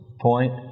Point